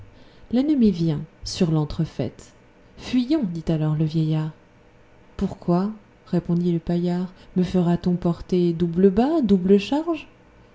nette l'ennemi vient sur l'entrefaitc fuyons dit alors le vieillard pourquoi répondit le paillard me fera-t-on porter double bât double charge